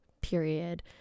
period